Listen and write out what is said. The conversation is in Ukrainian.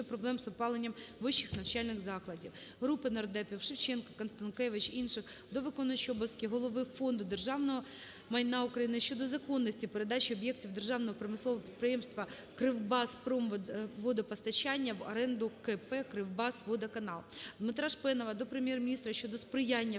ДмитраШпенова до Прем'єр-міністра щодо сприяння